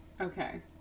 okay